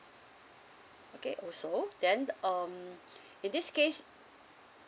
okay also then um in this case